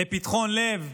לפתחון לב,